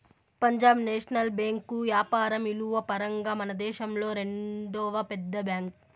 Punjab national bank యాపారం ఇలువల పరంగా మనదేశంలో రెండవ పెద్ద బ్యాంక్